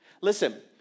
Listen